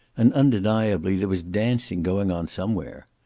and undeniably there was dancing going on somewhere.